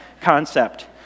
concept